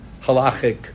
halachic